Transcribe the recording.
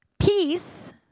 peace